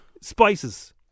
spices